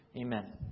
Amen